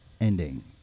ending